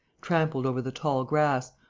trampled over the tall grass,